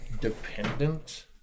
dependent